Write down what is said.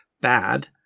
bad